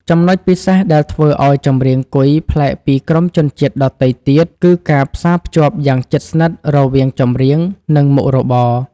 ចំណុចពិសេសដែលធ្វើឲ្យចម្រៀងគុយប្លែកពីក្រុមជនជាតិដទៃទៀត គឺការផ្សារភ្ជាប់យ៉ាងជិតស្និទ្ធរវាង ចម្រៀង និង មុខរបរ ។